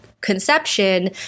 conception